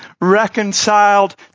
reconciled